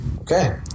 Okay